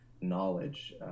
knowledge